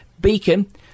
Beacon